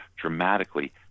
dramatically